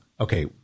Okay